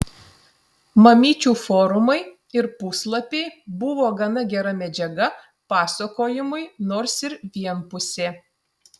mamyčių forumai ir puslapiai buvo gana gera medžiaga pasakojimui nors ir vienpusė